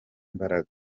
imbaraga